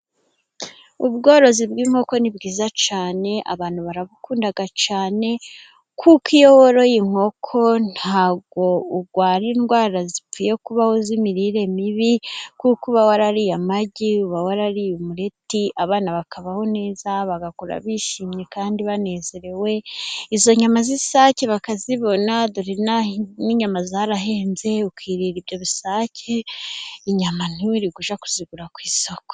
Ubworozi bw'inkoko ni bwiza cyane abantu barabukunda cyane, kuko iyo woroye inkoko ntabwo urwara indwara zipfuye kubaho z'imirire mibi, kuko uba warariye amagi, uba warariye umureti, abana bakabaho neza bagakura bishimye, kandi banezerewe . Izo nyama z'isake bakazibona dore n'inyama zarahenze ukiri ibyo bisake inyama ntiwirirwa ujya kuzigura ku isoko.